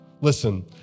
Listen